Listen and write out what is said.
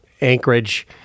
Anchorage